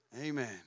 Amen